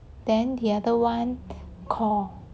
then the other one call